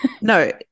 No